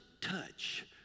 touch